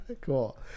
Cool